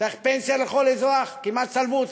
צריך פנסיה לכל אזרח, כמעט צלבו אותנו.